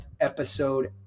episode